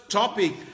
topic